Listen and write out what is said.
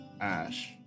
Ash